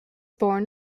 born